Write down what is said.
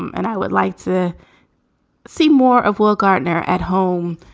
and i would like to see more of walt gardner at home